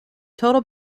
total